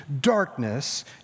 darkness